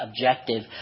objective